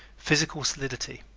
physical solidity